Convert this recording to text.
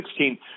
2016